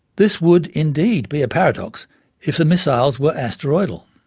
this would indeed be a paradox if the missiles were asteroidal.